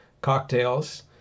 cocktails